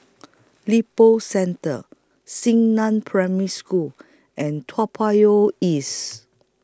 Lippo Centre Xingnan Primary School and Toa Payoh East